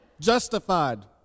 justified